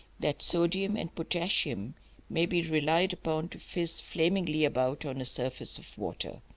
that sodium and potassium may be relied upon to fizz flamingly about on a surface of water.